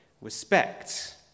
respect